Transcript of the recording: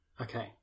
okay